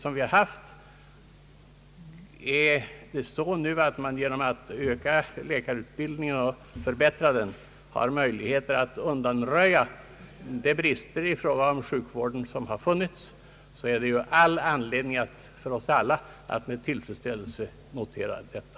Om man nu genom att förbättra läkarutbildningen får möjlighet att undanröja de brister i fråga om sjukvården som tidigare funnits, är det väl all anledning för oss alla att med tillfredsställelse notera detta.